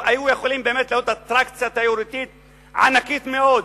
והיו יכולים באמת להיות אטרקציה תיירותית ענקית מאוד,